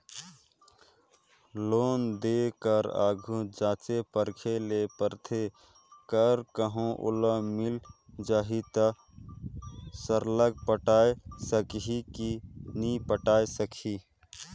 loan देय कर आघु जांचे परखे ले परथे कर कहों ओला मिल जाही ता सरलग पटाए सकही कि नी पटाए सकही